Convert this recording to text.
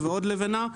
שיתרום.